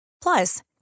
Plus